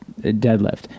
deadlift